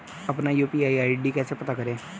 अपना UPI ID कैसे पता करें?